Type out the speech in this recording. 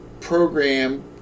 program